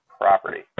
property